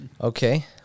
Okay